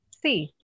See